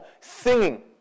singing